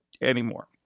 anymore